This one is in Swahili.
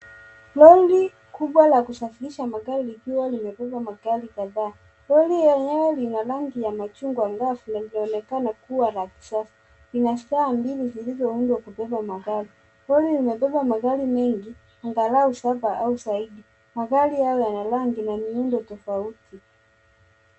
Lori kubwa la kusafirisha magari likiwa limebeba magari kadhaa. Lori lenyewe lina rangi ya machungwa angavu na linaonekana kuwa la kisasa. Lina stand mbili zilizoundwa kubeba magari. Lori limebeba magari mengi angalau saba au zaidi. Magari hayo yana rangi na miundo tofauti.